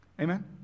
Amen